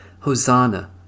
Hosanna